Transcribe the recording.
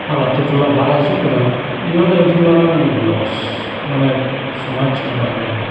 ᱟᱨ ᱟᱛᱳ ᱴᱚᱞᱟ ᱵᱟᱭ ᱦᱤᱡᱩᱜ ᱠᱟᱱᱟ ᱚᱱᱟᱫᱚ ᱟᱹᱰᱤ ᱢᱟᱨᱟᱝ ᱞᱚᱥ ᱢᱟᱱᱮ ᱥᱚᱢᱟᱡᱽ ᱪᱮᱫ ᱦᱚᱸ ᱵᱟᱭ ᱧᱟᱢᱮᱫᱟ